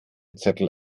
zettel